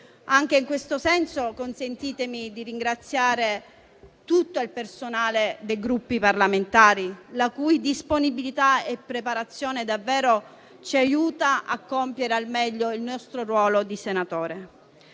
Anche in questo senso consentitemi di ringraziare tutto il personale dei Gruppi parlamentari, la cui disponibilità e preparazione davvero ci aiuta ad adempiere al meglio il nostro ruolo di senatori.